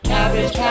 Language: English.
Cabbage